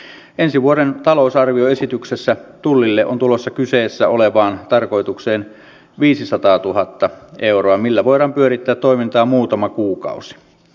heti näiden pakkolakien julkistamisen yhteydessä heräsi epäilys että lait ovat mahdollisesti perustuslain ja suomen hyväksymien kansainvälisten sopimusten vastaisia